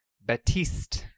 Batiste